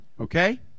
Okay